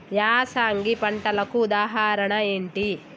యాసంగి పంటలకు ఉదాహరణ ఏంటి?